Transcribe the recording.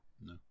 No